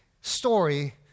story